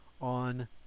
on